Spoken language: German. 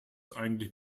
eigentlich